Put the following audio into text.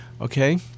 Okay